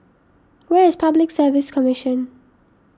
where is Public Service Commission